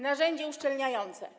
Narzędzie uszczelniające.